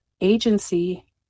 agency